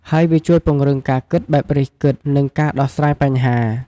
ហើយវាជួយពង្រឹងការគិតបែបរិះគិត និងការដោះស្រាយបញ្ហា។